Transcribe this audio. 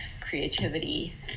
creativity